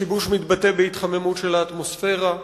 השיבוש מתבטא בהתחממות של האטמוספירה,